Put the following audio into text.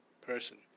person